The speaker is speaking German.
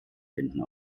finden